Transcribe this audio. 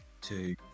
two